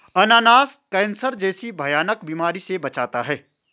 अनानास कैंसर जैसी भयानक बीमारी से बचाता है